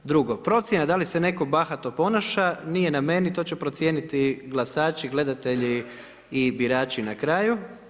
Drugo, procjena da li se netko bahato ponaša, nije na meni, to će procijeniti glasači, gledatelji i birači na kraju.